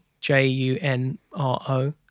J-U-N-R-O